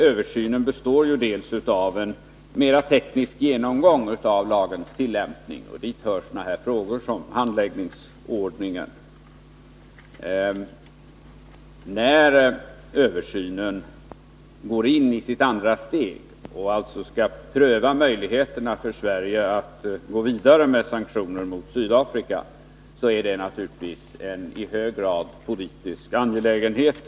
Översynen består till att börja med av en mera teknisk genomgång av lagens tillämpning, och dit hör sådana frågor som handläggningsordningen. När översynen går in i sitt andra steg och skall pröva möjligheterna för Sverige att gå vidare med sanktioner mot Sydafrika, är det naturligtvis en i hög grad politisk angelägenhet.